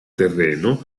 terreno